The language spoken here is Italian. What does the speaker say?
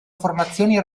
formazioni